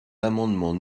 l’amendement